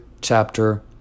chapter